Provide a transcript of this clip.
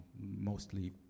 mostly